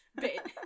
bit